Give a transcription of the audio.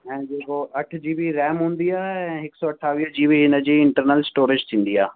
ऐं जेको अठ जीबी रैम हूंदी आहे ऐं हिकु सौ अठावीह जी बी हिन जी इंटरनल स्टोरेज थींदी आहे